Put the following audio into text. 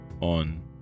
on